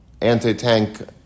anti-tank